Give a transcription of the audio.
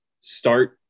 start